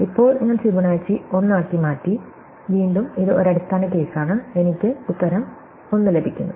ഇപ്പോൾ ഞാൻ ഫിബൊനാച്ചി 1 ആയി മാറി വീണ്ടും ഇത് ഒരു അടിസ്ഥാന കേസാണ് എനിക്ക് ഉത്തരം 1 ലഭിക്കുന്നു